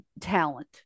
talent